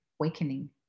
awakening